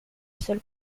seule